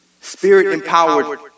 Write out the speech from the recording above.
spirit-empowered